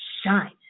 Shine